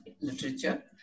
literature